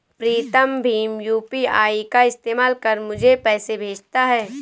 प्रीतम भीम यू.पी.आई का इस्तेमाल कर मुझे पैसे भेजता है